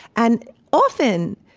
and often,